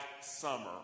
summer